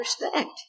respect